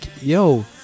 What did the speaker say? yo